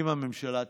אם הממשלה תתפרק.